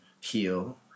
heal